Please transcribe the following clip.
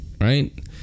right